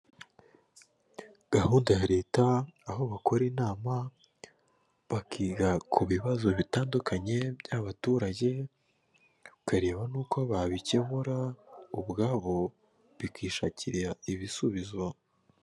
Gahunda ya leta, aho bakora inama, bakiga ku bibazo bitandukanye by'abaturage, bakareba n'uko babikemura ubwabo bikishakira ibisubizo.